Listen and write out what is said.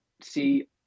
see